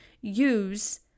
use